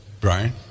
Brian